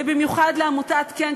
ובמיוחד לעמותת כ"ן,